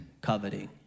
coveting